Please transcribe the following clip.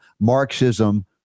Marxism